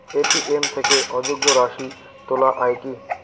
ATM থেকে অযুগ্ম রাশি তোলা য়ায় কি?